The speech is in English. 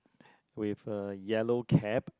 with a yellow cap